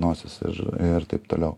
nosis ir ir taip toliau